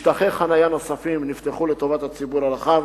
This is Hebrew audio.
משטחי חנייה נוספים נפתחו לטובת הציבור הרחב.